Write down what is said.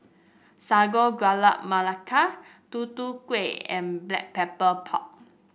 Sago Gula Melaka Tutu Kueh and Black Pepper Pork